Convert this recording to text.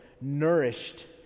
nourished